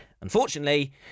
Unfortunately